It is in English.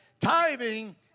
tithing